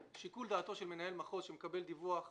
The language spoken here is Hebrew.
שיקול דעתו של מנהל מחוז, שמקבל דיווח מהמוקד,